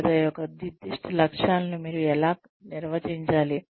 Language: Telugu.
కొలత యొక్క నిర్దిష్ట లక్షణాలను మీరు ఎలా నిర్వచించాలి